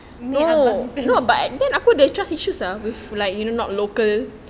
may abang the